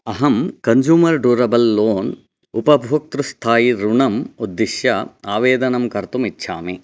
अहं consumer durable loan उपभोक्तृस्थायि ऋणम् उद्दिश्य आवेदनं कर्तुम् इच्छामि